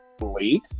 late